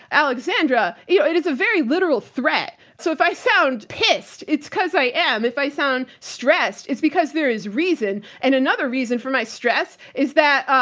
alexandra, yeah is a very literal threat. so, if i sound pissed, it's because i am. if i sound stressed, it's because there is reason. and another reason for my stress is that, ah,